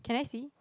can I see